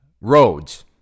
roads